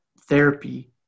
therapy